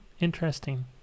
interesting